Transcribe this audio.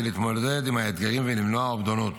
להתמודד עם האתגרים וכדי למנוע אובדנות.